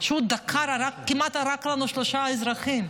כשהוא דקר, כמעט הרג לנו שלושה אזרחים?